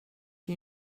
you